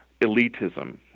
elitism